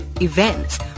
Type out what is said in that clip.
events